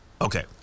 Okay